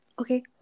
okay